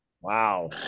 Wow